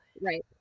Right